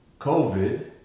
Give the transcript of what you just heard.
COVID